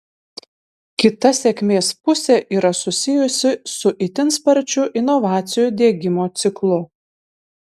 kita sėkmės pusė yra susijusi su itin sparčiu inovacijų diegimo ciklu